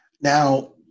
Now